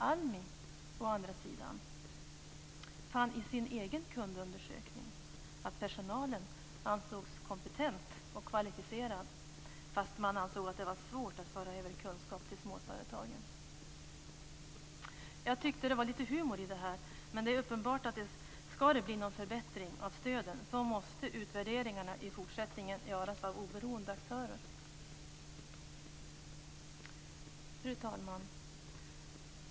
ALMI fann å andra sidan i sin egen kundundersökning att personalen ansågs kompetent och kvalificerad, fast man ansåg att det var svårt att föra över kunskap till småföretagen. Jag tyckte att det var lite humor i det här, men det är uppenbart att skall det bli någon förbättring av stöden måste utvärderingarna i fortsättningen göras av oberoende aktörer. Fru talman!